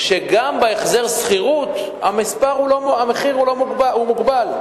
שגם בהחזר השכירות המחיר מוגבל.